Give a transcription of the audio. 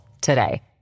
today